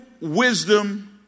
wisdom